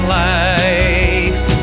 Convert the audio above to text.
lives